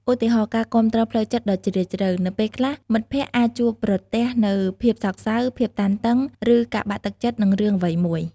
ឧទាហរណ៍ ការគាំទ្រផ្លូវចិត្តដ៏ជ្រាលជ្រៅ នៅពេលខ្លះមិត្តភក្តិអាចជួបប្រទះនូវភាពសោកសៅ ភាពតានតឹង ឬការបាក់ទឹកចិត្តនឹងរឿងអ្វីមួយ។